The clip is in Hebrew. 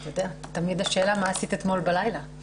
אתה יודע, תמיד השאלה מה עשיתְּ אתמול בלילה.